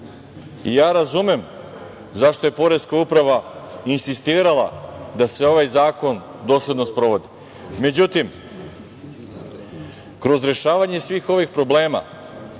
mesta. Razumem zašto je Poreska uprava insistirala da se ovaj zakon dosledno sprovodi, međutim, kroz rešavanje svih ovih problema